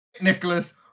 Nicholas